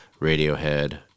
Radiohead